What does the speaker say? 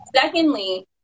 secondly